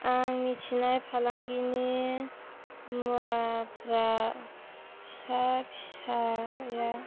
आं मिथिनाय फालांगिनि मुवाफ्रा फिसा फिसाया